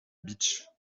bitche